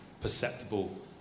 perceptible